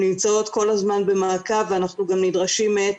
הן נמצאות כל הזמן במעקב ואנחנו גם נדרשים מעת